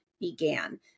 began